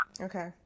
Okay